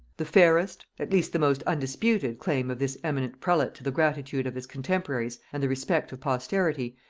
the fairest, at least the most undisputed, claim of this eminent prelate to the gratitude of his contemporaries and the respect of posterity,